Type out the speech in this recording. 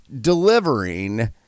delivering